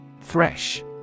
Fresh